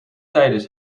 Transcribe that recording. tijdens